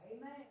Amen